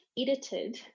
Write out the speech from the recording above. edited